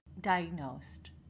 diagnosed